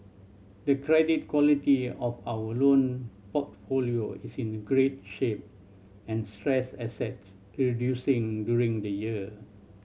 the credit quality of our loan portfolio is in a great shape and stress assets reducing during the year